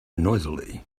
noisily